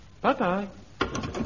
Bye-bye